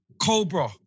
Cobra